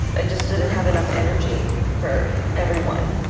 just didn't have enough energy for everyone.